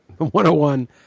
101